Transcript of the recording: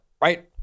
right